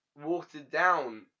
watered-down